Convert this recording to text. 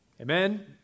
Amen